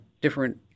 different